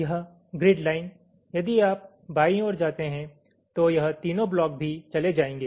यह grid line यदि आप बाईं ओर जाते हैं तो यह तीनों ब्लॉक भी चले जाएंगे